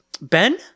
Ben